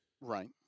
Right